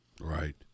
Right